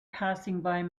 passing